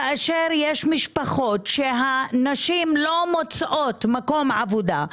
כשיש משפחות שהנשים לא מוצאות מקום עבודה,